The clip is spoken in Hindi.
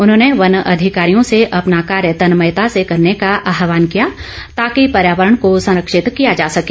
उन्होंने वन अधिकारियों से अपना कार्य तनमयता से करने का आहवान किया ताकि पर्यावरण को संरक्षित किया जा सके